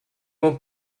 won’t